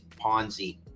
Ponzi